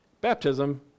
Baptism